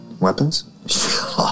Weapons